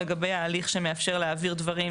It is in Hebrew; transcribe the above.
אם זה ילך להליך שמאפשר להעביר דברים